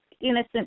innocent